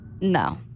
No